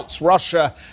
Russia